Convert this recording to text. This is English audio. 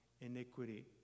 iniquity